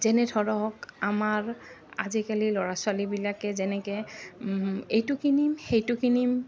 যেনে ধৰক আমাৰ আজিকালি ল'ৰা ছোৱালীবিলাকে যেনেকে এইটো কিনিম সেইটো কিনিম